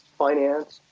finance